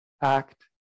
act